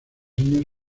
años